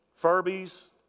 Furbies